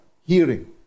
hearing